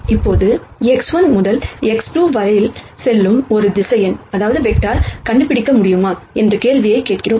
இப்போது x1 முதல் x2 வரை செல்லும் ஒரு வெக்டர் கண்டுபிடிக்க முடியுமா என்ற கேள்வியைக் கேட்கிறோம்